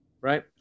Right